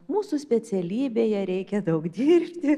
mūsų specialybėje reikia daug dirbti